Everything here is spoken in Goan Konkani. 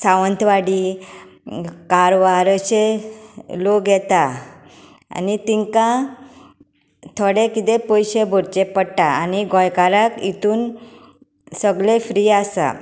सावंतवाडी कारवार अशे लोक येता आनी तांकां थोडे कितें पयशे भरचे पडटा आनी गोंयकारांक हातून सगलें फ्री आसा